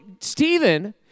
Stephen